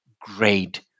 great